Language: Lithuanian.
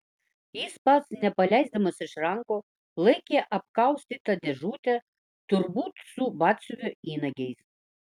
jis pats nepaleisdamas iš rankų laikė apkaustytą dėžutę turbūt su batsiuvio įnagiais